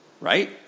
Right